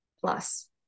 plus